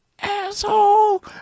asshole